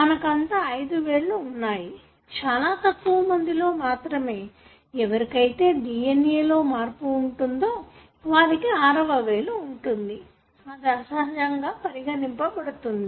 మానకంతా అయిదు వేళ్ళు వున్నాయి చాల తక్కువ మందిలో మాత్రమే ఎవరికైతే DNA లో మార్పు ఉంటుందో వారికి ఆరవ వేలు ఉంటుంది అది అసహజంగా పరిగణింపబడుతుంది